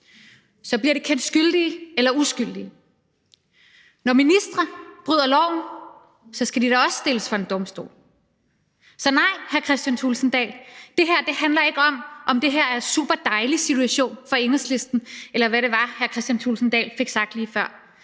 så bliver de kendt skyldige eller uskyldige. Når ministre bryder loven, skal de da også stilles for en domstol. Så nej, hr. Kristian Thulesen Dahl: Det her handler ikke om, om det her en superdejlig situation for Enhedslisten, eller hvad det var, hr. Kristian Thulesen Dahl fik sagt lige før.